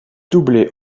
doublé